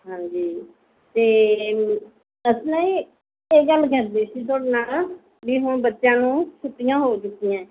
ਹਾਂਜੀ ਅਤੇ ਅਸੀਂ ਨਾ ਜੀ ਇਹ ਗੱਲ ਕਰਦੇ ਸੀ ਤੁਹਾਡੇ ਨਾਲ ਵੀ ਹੁਣ ਬੱਚਿਆਂ ਨੂੰ ਛੁੱਟੀਆਂ ਹੋ ਚੁੱਕੀਆਂ ਹੈ